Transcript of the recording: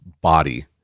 body